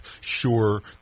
sure